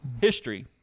History